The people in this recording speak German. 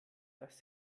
dass